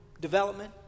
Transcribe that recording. development